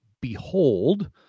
Behold